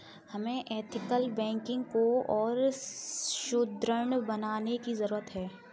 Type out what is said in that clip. हमें ethical banking को और सुदृढ़ बनाने की जरूरत है